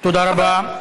תודה רבה.